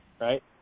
right